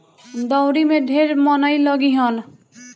दँवरी में ढेर मनई लगिहन